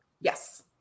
yes